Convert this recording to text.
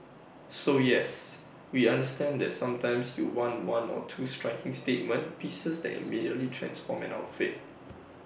so yes we understand the sometimes you want one or two striking statement pieces that immediately transform in outfit